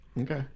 okay